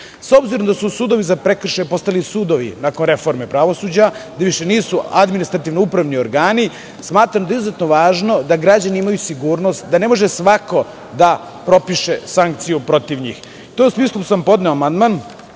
obzirom da su sudovi za prekršaje postali sudovi nakon reforme pravosuđa, da više nisu administrativno-upravni organi, smatram da je izuzetno važno da građani imaju sigurnost, da ne može svako da propiše sankciju protiv njih. U tom smislu sam podneo amandman